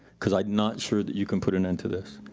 cause i'm not sure that you can put an end to this.